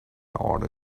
order